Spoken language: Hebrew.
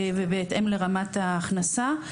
ובהתאם לרמת ההכנסה.